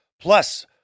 Plus